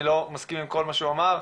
אני לא מסכים עם כל מה שהוא אמר,